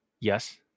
Yes